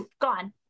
gone